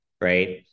right